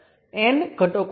જ્યાં રેઝિસ્ટર મૂલ્ય VI છે